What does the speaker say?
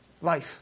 life